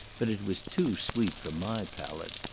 but it was too sweet for my palate.